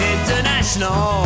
International